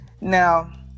Now